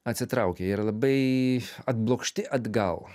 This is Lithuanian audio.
atsitraukę jie yra labai atblokšti atgal